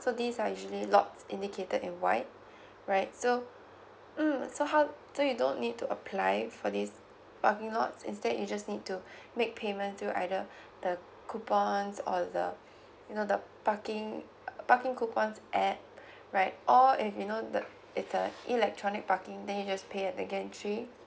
so these are usually lots indicated in white right so mm so how so you don't need to apply for this parking lot instead you just need to make payment to either the coupons or the you know the parking parking coupons app right all if you know the it's a electronic parking then you just pay at the gantry